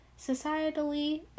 Societally